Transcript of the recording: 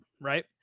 right